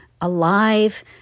alive